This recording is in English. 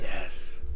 Yes